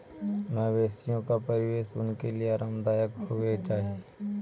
मवेशियों का परिवेश उनके लिए आरामदायक होवे चाही